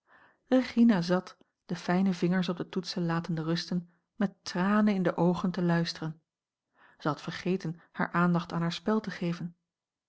regina zat de fijne vingers op de toetsen latende rusten met tranen in de oogen te luisteren zij had vergeten hare aandacht aan haar spel te geven